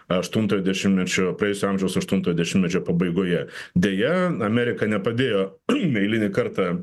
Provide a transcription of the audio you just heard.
aštuntojo dešimtmečio praėjusio amžiaus aštunto dešimtmečio pabaigoje deja amerika nepadėjo eilinį kartą